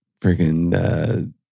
freaking